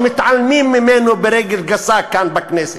שמתעלמים ממנו ברגל גסה כאן בכנסת.